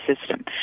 system